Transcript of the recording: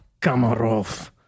Kamarov